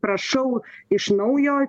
prašau iš naujo